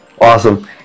awesome